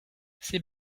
ces